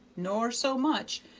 nor so much,